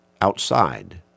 outside